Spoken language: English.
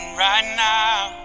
right now